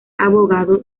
abogado